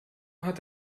hat